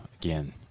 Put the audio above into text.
again